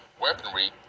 weaponry